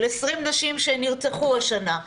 של עשרים נשים שנרצחו השנה,